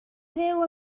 fyw